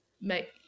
make